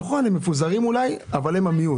נכון, הם אולי מפוזרים, אבל הם המיעוט.